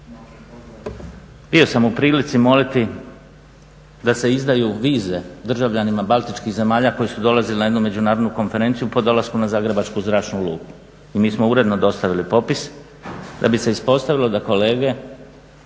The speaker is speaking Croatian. Bio sam u prilici moliti da se izdaju vize državljanima baltičkih zemlja koji su dolazili na jednu međunarodnu konferenciju po dolasku na Zagrebačku zračnu luku. I mi smo uredno dostavili popis da bi se ispostavilo da kolege